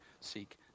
seek